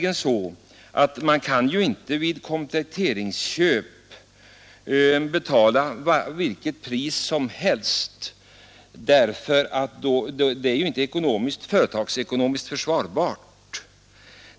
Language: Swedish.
En lantbrukare kan inte vid kompletteringsköp betala vilket pris som helst. Det är inte företagsekonomiskt försvarbart.